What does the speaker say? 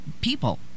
people